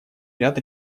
ряд